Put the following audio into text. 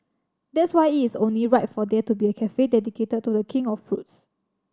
that's why it is only right for there to be a cafe dedicated to The King of fruits